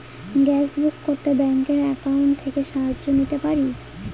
Gas book করতে ব্যাংকের account থেকে সাহায্য নিতে পারি?